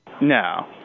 No